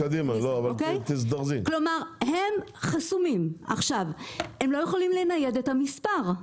הם חסומים והם לא יכולים לנייד את המספר.